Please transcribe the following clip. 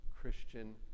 Christian